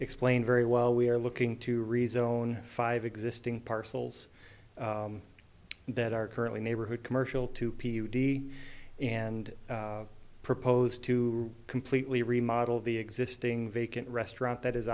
explained very well we are looking to rezone five existing parcels that are currently neighborhood commercial to be and proposed to completely remodel the existing vacant restaurant that is